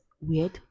weird